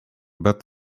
but